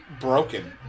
broken